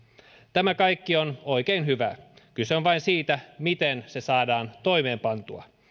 tämä kaikki on oikein hyvä kyse on vain siitä miten se saadaan toimeenpantua